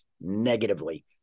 negatively